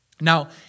Now